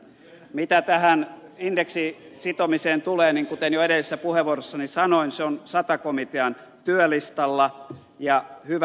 mitä tähän indeksiin sitomiseen tulee niin kuten jo edellisessä puheenvuorossani sanoin se on sata komitean työlistalla ja hyvä niin